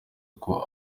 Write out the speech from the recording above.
uko